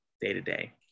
day-to-day